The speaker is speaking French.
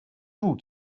vous